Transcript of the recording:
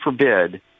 forbid